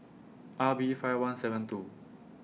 R B five one seven two